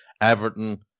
Everton